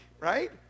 right